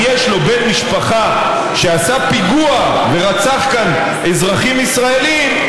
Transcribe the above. אם יש לו בן משפחה שעשה פיגוע ורצח כאן אזרחים ישראלים,